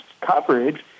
coverage